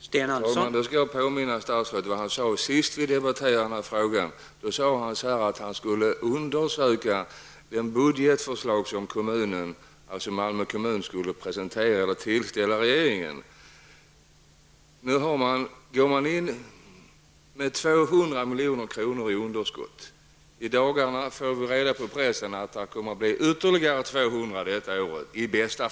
Herr talman! Då skall jag påminna om att statsrådet när vi senast debatterade denna fråga sade att han skulle undersöka det budgetförslag som Malmö kommun skulle tillställa regeringen. Nu går kommunerna in i budgetåret med 200 miljoner i underskott. I dagarna har man genom pressen aviserat att det i bästa fall blir ytterligare 200 miljoner i underskott.